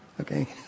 okay